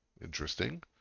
Interesting